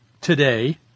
today